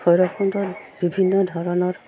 ভৈৰৱকুণ্ডৰ বিভিন্ন ধৰণৰ